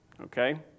okay